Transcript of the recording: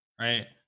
right